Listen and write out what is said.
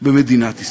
במדינת ישראל.